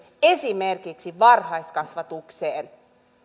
esimerkiksi varhaiskasvatukseen niin